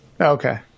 okay